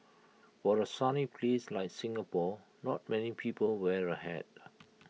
for A sunny place like Singapore not many people wear A hat